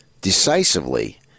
decisively